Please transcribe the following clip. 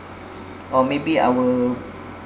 or maybe our